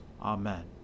Amen